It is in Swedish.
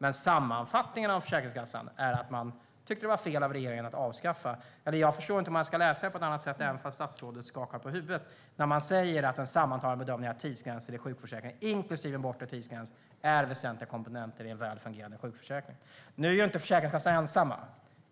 Men Försäkringskassans sammanfattning är att man tycker att det var fel av regeringen att avskaffa den bortre parentesen. Jag förstår inte hur det annars ska utläsas, även om statsrådet skakar på huvudet, att man säger att den sammantagna bedömningen "är att tidsgränsen i sjukförsäkringen, inklusive en bortre tidsgräns, är väsentliga komponenter i en väl fungerande sjukförsäkring". Nu är ju inte Försäkringskassan ensam.